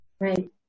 Right